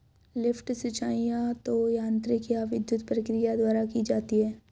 lift सिंचाई या तो यांत्रिक या विद्युत प्रक्रिया द्वारा की जाती है